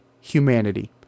humanity